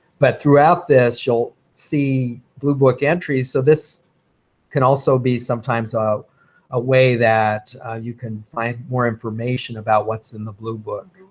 but throughout this, you'll see blue book entries. so this can also be sometimes a ah way that you can find more information about what's in the blue book.